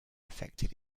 affected